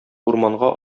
урманга